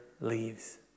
leaves